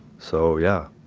so yeah